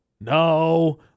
No